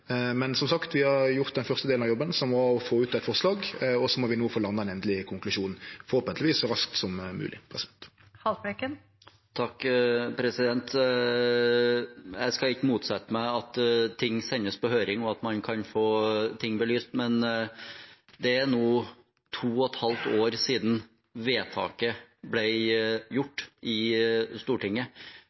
men som sagt, vi har gjort den første delen av jobben som var å få ut eit forslag, og så må vi no lande ein konklusjon forhåpentlegvis så raskt som mogleg. Jeg skal ikke motsette meg at ting sendes på høring, og at man kan få ting belyst, men det er nå to og et halvt år siden vedtaket ble fattet i Stortinget.